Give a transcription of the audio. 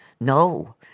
No